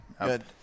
Good